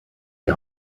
die